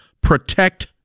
Protect